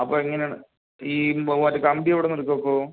അപ്പോൾ എങ്ങനെയാണ് ഈ മറ്റെ കമ്പി എവിടുന്ന് എടുക്കും അപ്പോൾ